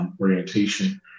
orientation